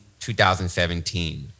2017